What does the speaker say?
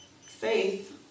Faith